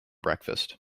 breakfast